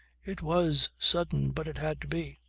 it was sudden, but it had to be.